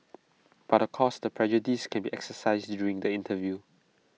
but of course the prejudice can be exercised during the interview